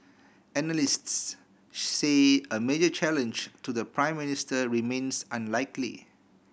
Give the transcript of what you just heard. analysts say a major challenge to the Prime Minister remains unlikely